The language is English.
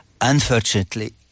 Unfortunately